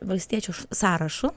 valstiečių sąrašu